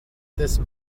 this